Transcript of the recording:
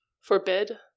forbid